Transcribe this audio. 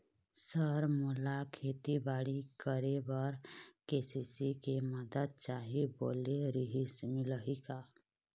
Sir मोला खेतीबाड़ी करेबर के.सी.सी के मंदत चाही बोले रीहिस मिलही का?